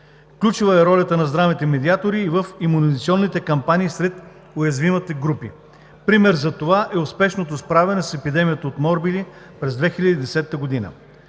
Ключова е ролята на здравните медиатори и в имунизационните кампании сред уязвимите групи. Пример за това е успешното справяне с епидемията от морбили през 2010 г.